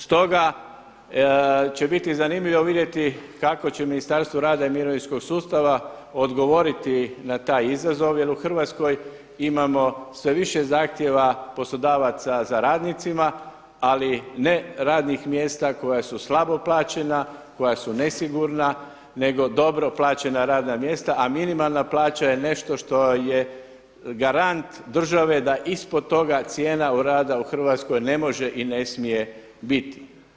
Stoga će biti zanimljivo vidjeti kako će Ministarstvo rada i mirovinskog sustava odgovoriti na taj izazov, jer u Hrvatskoj imamo sve više zahtjeva poslodavaca za radnicima, ali ne radnih mjesta koja su slabo plaćena, koja su nesigurna nego dobro plaćena radna mjesta, a minimalna plaća je nešto što je garant države da ispod toga cijena rada u Hrvatskoj ne može i ne smije biti.